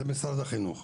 זה משרד החינוך.